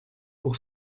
pour